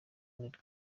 ruhande